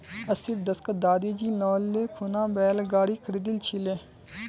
अस्सीर दशकत दादीजी लोन ले खूना बैल गाड़ी खरीदिल छिले